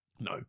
No